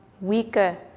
weaker